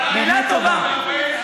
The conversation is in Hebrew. אנחנו גזענים,